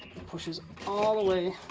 it pushes all the way